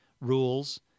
rules